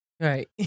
right